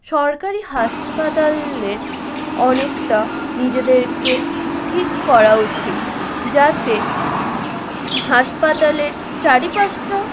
সরকারী হাসপাতালের অনেকটা নিজেদেরকে ঠিক করা উচিত যাতে হাসপাতালের চারিপাশটা